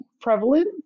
prevalent